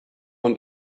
und